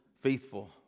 faithful